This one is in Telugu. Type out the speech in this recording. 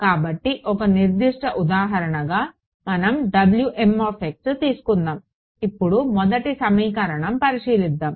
కాబట్టి ఒక నిర్దిష్ట ఉదాహరణగా మనం తీసుకుందాం ఇప్పుడు మొదటి సమీకరణం పరిశీలిద్దాం